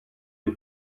you